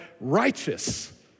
righteous